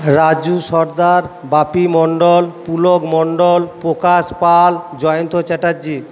Raju Sardar Bapi Mondal Pulak Mondal Prakash Pal Jayanta Chatterjee